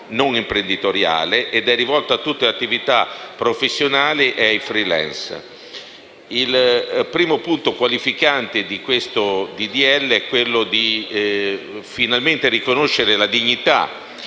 non imprenditoriale ed è rivolto a tutta le attività professionali e ai freelance. Il primo punto qualificante di questo disegno di legge è quello di riconoscere finalmente la dignità